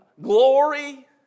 Glory